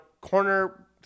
corner